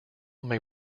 may